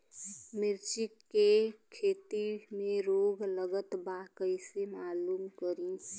मिर्ची के खेती में रोग लगल बा कईसे मालूम करि?